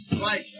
Right